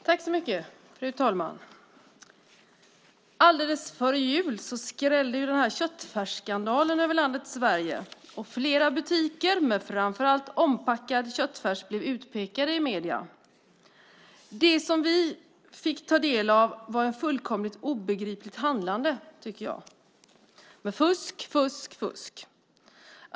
Fru talman! Strax före jul skrällde köttfärsskandalen i landet Sverige. Flera butiker med framför allt ompackad köttfärs blev utpekade i medierna. Det som vi fick ta del av var ett fullkomligt obegripligt handlande med fusk, fusk, fusk.